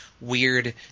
weird